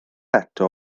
eto